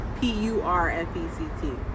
P-U-R-F-E-C-T